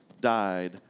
died